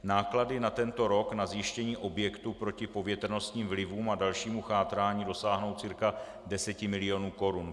Náklady na tento rok na zajištění objektu proti povětrnostním vlivům a dalšímu chátrání dosáhnou cca deseti milionů korun.